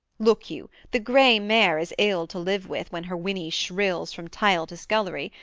look you! the gray mare is ill to live with, when her whinny shrills from tile to scullery,